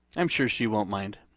i'm sure she won't mind.